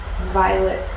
violet